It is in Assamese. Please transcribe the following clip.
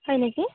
হয় নেকি